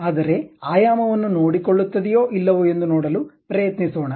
ಆದರೆ ಆಯಾಮವನ್ನು ನೋಡಿಕೊಳ್ಳುತ್ತದೆಯೋ ಇಲ್ಲವೋ ಎಂದು ನೋಡಲು ಪ್ರಯತ್ನಿಸೋಣ